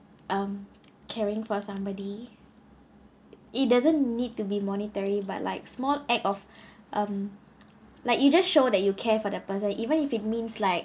um caring for somebody it doesn't need to be monetary but like small act of um like you just show that you care for the person even if it means like